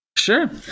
sure